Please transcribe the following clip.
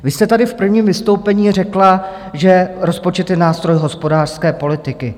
Vy jste tady v prvním vystoupení řekla, že rozpočet je nástroj hospodářské politiky.